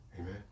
Amen